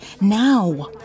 Now